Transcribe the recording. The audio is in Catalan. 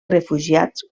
refugiats